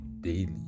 daily